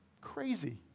crazy